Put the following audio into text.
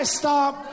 stop